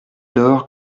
lors